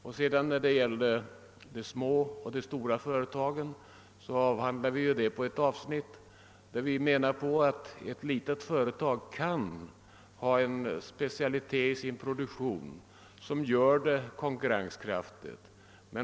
Beträffande de små och medelstora företagen menar vi att ett litet företag kan ha en specialitet i sin produktion som gör det konkurrenskraftigt.